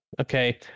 Okay